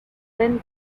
win